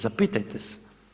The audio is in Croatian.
Zapitajte se.